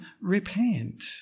repent